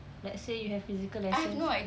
let's say you have physical lessons